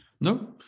No